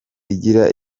igira